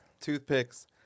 toothpicks